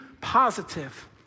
positive